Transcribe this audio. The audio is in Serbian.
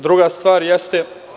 Druga stvar, jeste…